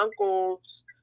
uncles